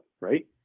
right